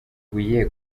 buye